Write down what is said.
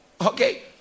okay